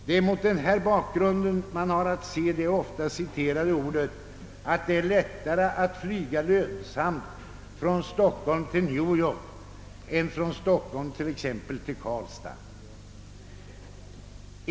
Det är mot denna bakgrund man har att se de ofta citerade orden att det är lättare att flyga lönsamt från Stockholm till New York än från Stockholm till exempelvis Karlstad.